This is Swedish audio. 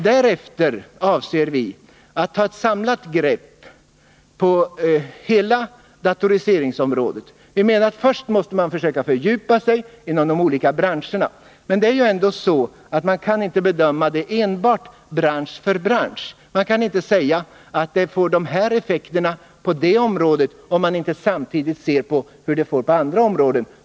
Därefter avser vi att ta ett samlat grepp när det gäller hela datoriseringsområdet. Enligt vår åsikt måste man först försöka fördjupa sig inom de olika branscherna. Man kan emellertid inte göra en bedömning enbart bransch för bransch. Det går inte att säga att det blir de eller de effekterna på ett visst område, om man inte samtidigt ser efter vilka effekterna blir på andra områden.